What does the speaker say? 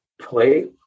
play